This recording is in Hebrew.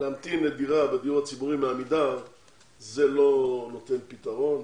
להמתין לדירה בדיור הציבורי מעמידר זה לא נותן פתרון,